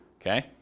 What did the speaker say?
Okay